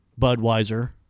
Budweiser